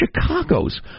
chicago's